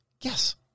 Yes